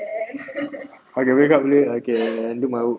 I can wake up late I can do my work